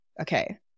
okay